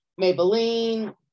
maybelline